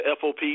FOP